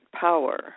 power